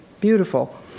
beautiful